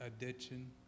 addiction